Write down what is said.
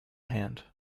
hand